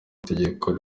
itegeko